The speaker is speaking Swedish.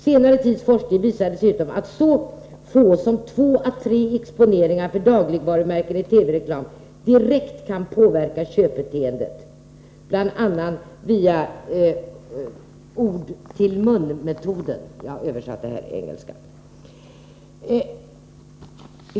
Senare tids forskning visar dessutom att så få som två å tre exponeringar för dagligvarumärken i TV-reklam direkt kan påverka köpbeteendet, bl.a. via ”ord-till-munmetoden”.” Jag översätter då det engelska uttrycket ”word of mouth”.